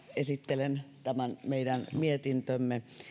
esittelen tämän meidän mietintömme